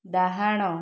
ଡ଼ାହାଣ